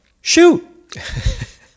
shoot